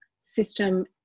system